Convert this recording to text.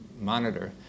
monitor